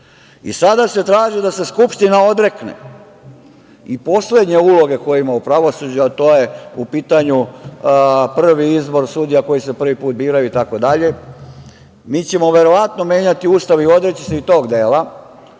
Sada se traži da se Skupština odrekne i poslednje uloge koju ima u pravosuđu, a u pitanju je prvi izbor sudija koji se prvi put biraju itd. Mi ćemo verovatno menjati Ustav i odreći se i tog dela,